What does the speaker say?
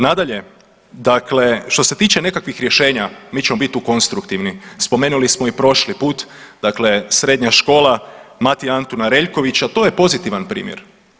Nadalje, što se tiče nekakvih rješenja mi ćemo biti tu konstruktivni spomenuli smo i prošli put, dakle Srednja škola Matije Antuna Reljkovića to je pozitivan primjer.